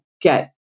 get